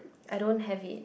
I don't have it